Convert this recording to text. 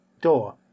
door